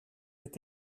est